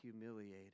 humiliated